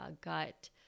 gut